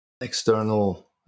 external